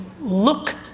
look